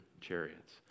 chariots